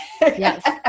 Yes